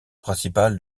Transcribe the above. principal